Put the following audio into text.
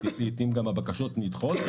ולעתים הבקשות נדחות,